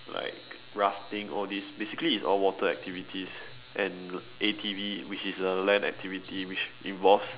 like rafting all these basically is all water activities and A_T_V which is a land activity which involves